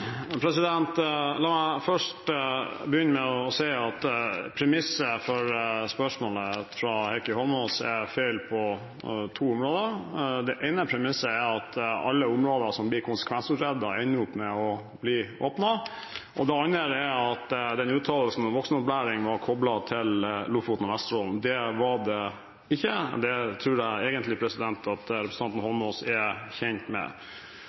La meg begynne med å si at premissene for spørsmålet fra Heikki Eidsvoll Holmås er feil på to områder. Det ene premisset er at alle områder som blir konsekvensutredet, ender opp med å bli åpnet. Det andre er at uttalelsen om voksenopplæring var koblet til Lofoten og Vesterålen. Det var den ikke. Det tror jeg egentlig at representanten Eidsvoll Holmås er kjent med.